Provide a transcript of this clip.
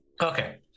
okay